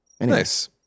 Nice